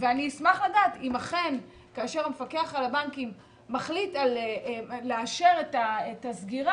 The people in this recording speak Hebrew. ואני אשמח לדעת כאשר המפקח על הבנקים מחליט לאשר את הסגירה,